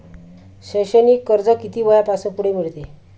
शैक्षणिक कर्ज किती वयापासून पुढे मिळते?